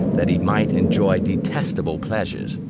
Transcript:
that he might enjoy detestable pleasures,